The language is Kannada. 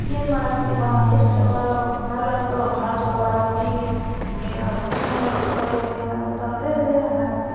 ಏನು ಮಡಾಕ್ಕೆ ಹತ್ತಿ ಬಾ ಎಷ್ಟು ಚಲೋ ಸ್ಮೆಲ್ ಅಂತು ಭಾಳ ಚಲೋ ಬರೋ ಹತ್ತೈತಿ ಏನು ರುಚಿನೂ ಚಲೋ ಐತೆನೋ ಅಂತಂದೇಳಿ ಅನ್ನೋಕತ್ತಿದ್ದ